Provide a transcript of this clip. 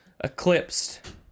eclipsed